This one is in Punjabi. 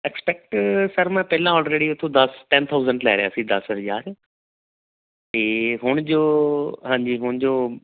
ਅਕਸੈਪਟ ਸਰ ਮੈਂ ਪਹਿਲਾਂ ਦਸ ਟੈਨ ਥਾਉਸੈਂਡ ਲੈ ਰਿਹਾ ਸੀ ਦਸ ਹਜ਼ਾਰ ਅਤੇ ਹੁਣ ਜੋ ਹਾਂਜੀ ਹੁਣ ਜੋ